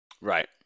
Right